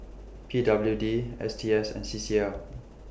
P W D S T S and C C L